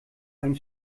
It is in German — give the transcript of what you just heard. einen